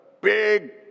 big